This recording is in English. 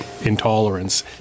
intolerance